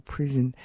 Prison